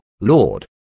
Lord